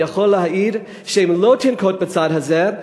אני יכול להעיד שאם לא תנקוט את הצעד הזה,